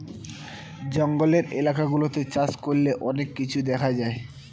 জঙ্গলের এলাকা গুলাতে চাষ করলে অনেক কিছু দেখা যায়